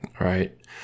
Right